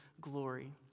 glory